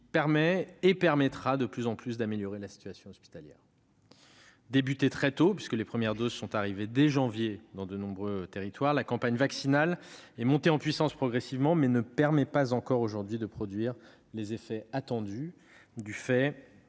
permet et permettra, de plus en plus, d'améliorer la situation hospitalière. Débutée très tôt, puisque les premières doses sont arrivées dès janvier dans de nombreux territoires, la campagne vaccinale est montée en puissance progressivement, mais ne permet pas encore aujourd'hui de produire les effets attendus, du fait,